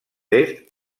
est